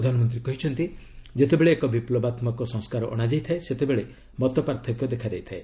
ପ୍ରଧାନମନ୍ତ୍ରୀ କହିଛନ୍ତି ଯେତେବେଳେ ଏକ ବିପୁବାତ୍ମକ ସଂସ୍କାର ଅଣାଯାଇଥାଏ ସେତେବେଳେ ମତପାର୍ଥକ୍ୟ ଦେଖାଦେଇଥାଏ